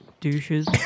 Douches